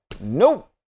Nope